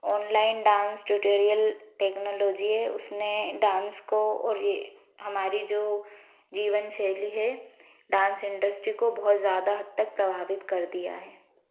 online dance tutorial technology है उसने dance को और हमारी जो जीवनशैली है डांस इंडस्ट्री को बहुत ज़्यादा हद तक प्रभावित कर दिया है